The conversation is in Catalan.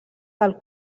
del